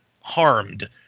harmed